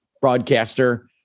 broadcaster